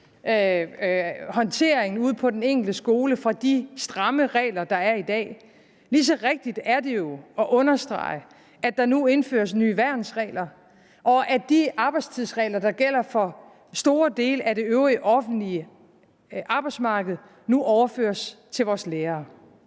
håndtering ude på den enkelte skole fra de stramme regler, der er i dag, lige så rigtigt er det jo at understrege, at der nu indføres nye værnsregler, og at de arbejdstidsregler, der gælder for store dele af det øvrige offentlige arbejdsmarked, nu overføres til vores lærere.